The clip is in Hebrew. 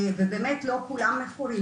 ובאמת לא כולם מכורים.